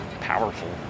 powerful